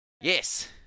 Yes